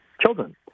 children